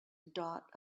dot